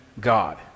God